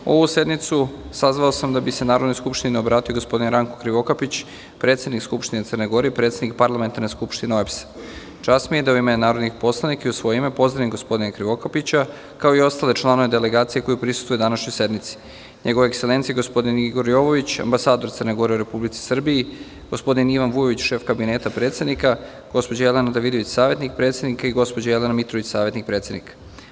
Ovu posebnu sednicu sazvao sam da bi se Narodnoj skupštini obratio gospodin Ranko Krivokapić, predsednik Skupštine Crne Gore i predsednik Parlamentarne skupštine OEBS–a. Čast mi je da, u ime narodnih poslanika i u svoje ime, pozdravim gospodina Ranka Krivokapića, kao i ostale članove delegacije koji prisustvuju današnjoj sednici: njegova ekselencija gospodin Igor Jovović, ambasador Crne Gore u Republici Srbiji, gospodin Ivan Vujović, šef Kabineta predsednika, gospođa Jelena Davidović, savetnik predsednika i gospođa Jelena Mitrović, savetnik predsednika.